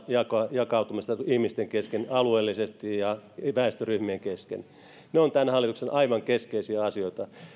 jakautumisesta ihmisten kesken alueellisesti ja väestöryhmien kesken ne ovat tämän hallituksen aivan keskeisiä asioita